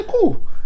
cool